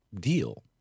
Deal